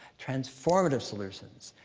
transformative solutions.